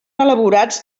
elaborats